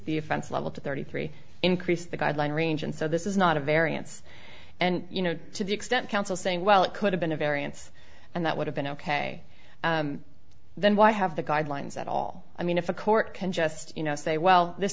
the offense level to thirty three increased the guideline range and so this is not a variance and you know to the extent counsel saying well it could have been a variance and that would have been ok then why have the guidelines at all i mean if a court can just you know say well this